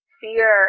fear